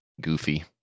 Goofy